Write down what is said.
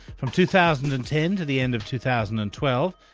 from two thousand and ten to the end of two thousand and twelve,